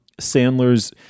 Sandler's